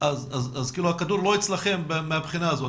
אז הכדור לא אצלכם מהבחינה הזאת.